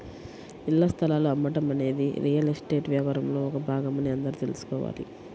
ఇళ్ల స్థలాలు అమ్మటం అనేది రియల్ ఎస్టేట్ వ్యాపారంలో ఒక భాగమని అందరూ తెల్సుకోవాలి